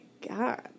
God